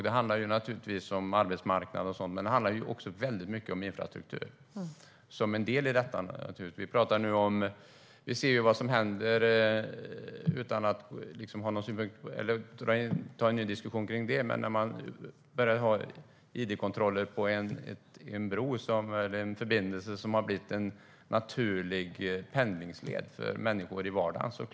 Det handlar naturligtvis om arbetsmarknad men även mycket om infrastruktur som en del i detta. Vi ser nu vad som händer - vi behöver inte ta en ny diskussion om det - när man börjar med id-kontroller på en bro, en förbindelse som har blivit en naturlig pendlingsled för människor i vardagen.